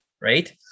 right